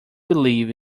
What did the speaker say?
believe